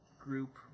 group